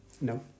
No